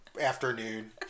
afternoon